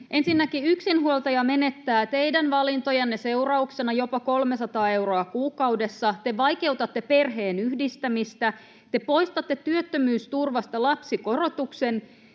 Ensinnäkin yksinhuoltaja menettää teidän valintojenne seurauksena jopa 300 euroa kuukaudessa, te vaikeutatte perheenyhdistämistä, te poistatte työttömyysturvasta lapsikorotuksen